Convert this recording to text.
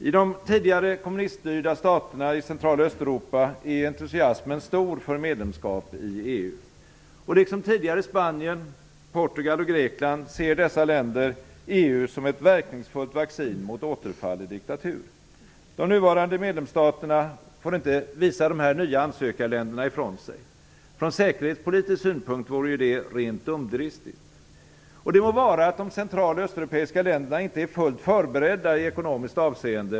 I de tidigare kommuniststyrda staterna i Central och Östeuropa är entusiasmen stor för medlemskap i EU. Liksom tidigare Spanien, Portugal och Grekland ser dessa länder EU som ett verkningsfullt vaccin mot återfall i diktatur. De nuvarande medlemsstaterna får inte visa de här nya ansökarländerna ifrån sig. Från säkerhetspolitisk synpunkt vore det rent dumdristigt. Det må vara att de central och östeuropeiska länderna inte är fullt förberedda i ekonomiskt avseende.